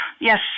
Yes